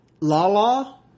Lala